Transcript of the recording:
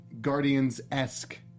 Guardians-esque